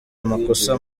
amakosa